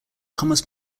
thomas